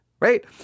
right